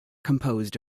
composed